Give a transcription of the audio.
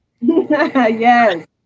Yes